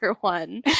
one